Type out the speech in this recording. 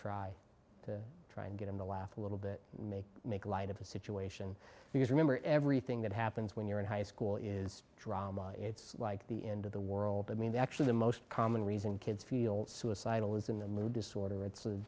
try to try and get them to laugh a little bit make make light of the situation because remember everything that happens when you're in high school is drama it's like the end of the world i mean actually the most common reason kids feel suicidal is in the mood disorder it's